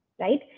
right